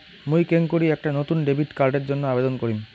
মুই কেঙকরি একটা নতুন ডেবিট কার্ডের জন্য আবেদন করিম?